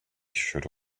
should